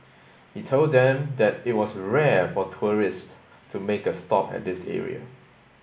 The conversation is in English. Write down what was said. he told them that it was rare for tourists to make a stop at this area